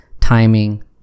timing